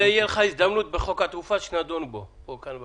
תהיה לך הזדמנות לומר זאת בחוק התעופה שנדון בו כאן בוועדה.